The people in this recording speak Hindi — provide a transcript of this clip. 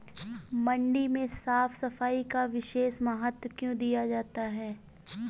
मंडी में साफ सफाई का विशेष महत्व क्यो दिया जाता है?